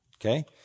okay